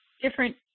different